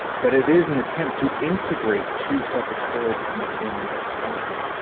but it is an attempt to integrate two separate stories and understandings of the country.